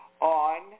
on